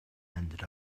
ended